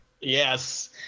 Yes